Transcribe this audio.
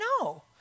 No